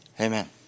Amen